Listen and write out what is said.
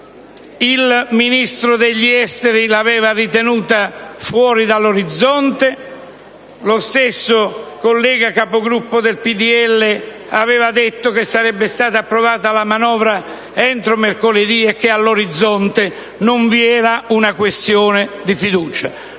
il Ministro degli affari esteri l'aveva ritenuta fuori dall'orizzonte, lo stesso collega capogruppo del PdL aveva dichiarato che la manovra sarebbe stata approvata entro mercoledì e che all'orizzonte non vi era una questione di fiducia.